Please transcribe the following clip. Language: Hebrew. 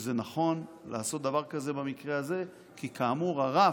שזה נכון לעשות דבר כזה במקרה הזה, כי כאמור הרף,